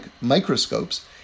microscopes